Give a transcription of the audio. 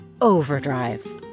overdrive